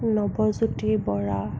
Nabajyoti Bora